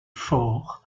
faure